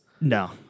no